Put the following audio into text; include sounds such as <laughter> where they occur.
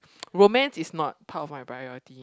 <breath> romance is not part of my priority